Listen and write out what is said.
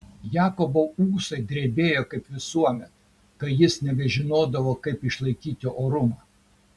jakobo ūsai drebėjo kaip visuomet kai jis nebežinodavo kaip išlaikyti orumą